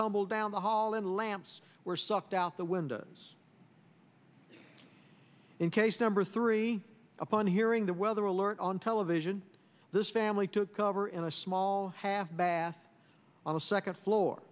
tumbled down the hall and lamps were sucked out the windows in case number three upon hearing the weather alert on television this family took cover in a small half bath on the second floor